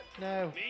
no